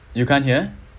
you can't hear